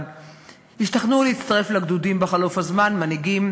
השתכנעו להצטרף לגדודים בחלוף הזמן מנהיגים